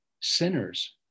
sinners